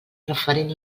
referent